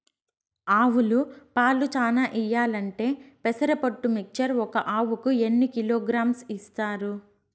ఆవులు పాలు చానా ఇయ్యాలంటే పెసర పొట్టు మిక్చర్ ఒక ఆవుకు ఎన్ని కిలోగ్రామ్స్ ఇస్తారు?